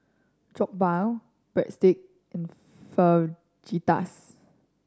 Jokbal Breadsticks and Fajitas